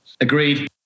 Agreed